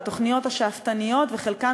התוכניות השאפתניות וחלקן,